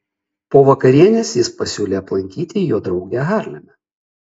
po vakarienės jis pasiūlė aplankyti jo draugę harleme